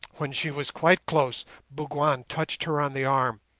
when she was quite close bougwan touched her on the arm,